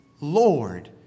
Lord